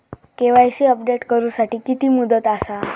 KYC update करू साठी किती मुदत आसा?